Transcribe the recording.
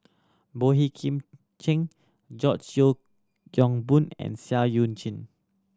Boey Kim Cheng George Yeo Yong Boon and Seah Eu Chin